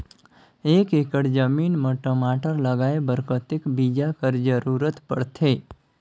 एक एकड़ जमीन म टमाटर लगाय बर कतेक बीजा कर जरूरत पड़थे?